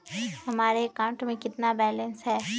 हमारे अकाउंट में कितना बैलेंस है?